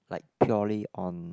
like purely on